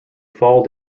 fall